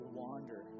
wander